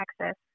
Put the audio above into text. Texas